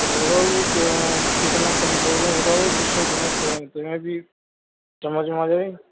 تو بتائو کہ کتنا کم کردوں بتاؤ جس سے تمہیں تمہیں بھی سمجھ میں آ جائے